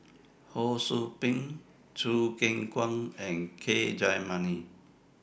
Ho SOU Ping Choo Keng Kwang and K Jayamani